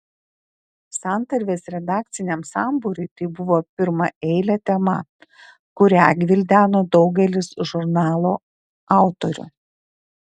santarvės redakciniam sambūriui tai buvo pirmaeilė tema kurią gvildeno daugelis žurnalo autorių